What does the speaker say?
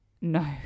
No